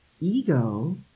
ego